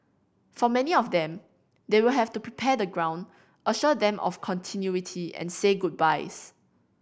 for many of them they will have to prepare the ground assure them of continuity and say goodbyes